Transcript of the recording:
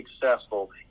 successful